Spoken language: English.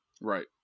Right